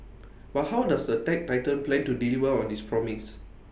but how does the tech titan plan to deliver on this promise